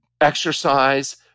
exercise